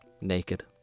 naked